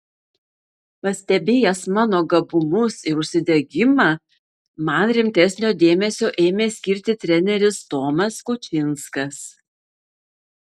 pastebėjęs mano gabumus ir užsidegimą man rimtesnio dėmesio ėmė skirti treneris tomas kučinskas